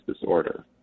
disorder